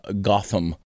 Gotham